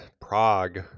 Prague